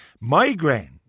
migraine